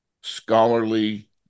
scholarly